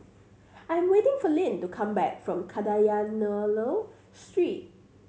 I am waiting for Lynn to come back from Kadayanallur Street